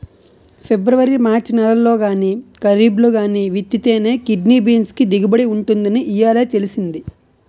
February March నెలల్లో గానీ, కరీబ్లో గానీ విత్తితేనే కిడ్నీ బీన్స్ కి దిగుబడి ఉంటుందని ఇయ్యాలే తెలిసింది